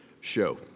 Show